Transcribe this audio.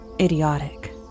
idiotic